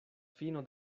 fino